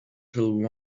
till